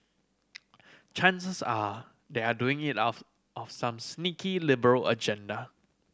chances are they are doing it out of some sneaky liberal agenda